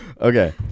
Okay